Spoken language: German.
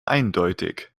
eindeutig